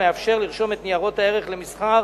המאפשר לרשום את ניירות הערך למסחר